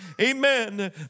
Amen